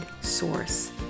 source